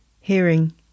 hearing